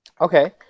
Okay